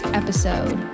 episode